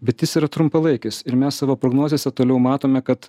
bet jis yra trumpalaikis ir mes savo prognozėse toliau matome kad